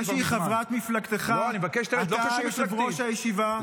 זה שהיא חברת מפלגתך, אתה יושב-ראש הישיבה.